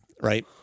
right